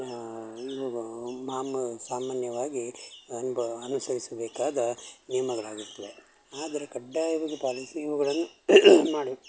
ಇವು ಮಾಮ ಸಾಮಾನ್ಯವಾಗಿ ಅನ್ಬ ಅನುಸರಿಸಬೇಕಾದ ನಿಯಮಗಳಾಗಿರ್ತವೆ ಆದರೆ ಕಡ್ಡಾಯವಾಗಿ ಪಾಲಿಸಿ ಇವುಗಳನ್ನು ಮಾಡಿ